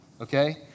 okay